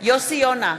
יוסי יונה,